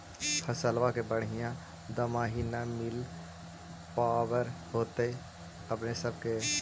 फसलबा के बढ़िया दमाहि न मिल पाबर होतो अपने सब के?